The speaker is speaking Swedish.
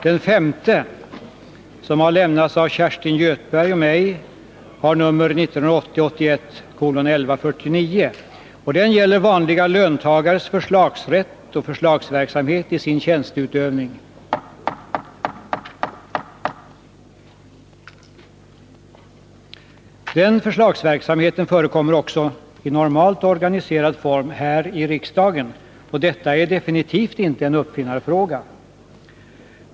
Den femte, som har lämnats av Kerstin Göthberg och mig, har nr 1980/81:1149 och gäller vanliga löntagares förslagsrätt och förslagsverksamhet i deras tjänsteutövning. Den förslagsverksamheten förekommer också i normalt organiserad form här i riksdagen. Och detta är definitivt inte en uppfinnarfråga!